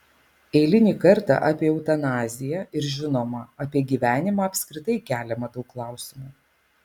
eilinį kartą apie eutanaziją ir žinoma apie gyvenimą apskritai keliama daug klausimų